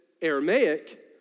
Aramaic